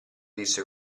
disse